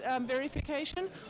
verification